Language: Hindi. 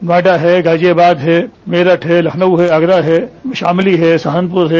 नोएडा है गाजियाबाद है मेरठ है लखनऊ है आगरा है शामली है सहारनपुर है